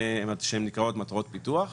שנקראות מטרות פיתוח,